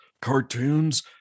cartoons